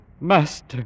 Master